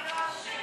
המטרה היא לא השקט.